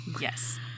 Yes